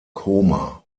koma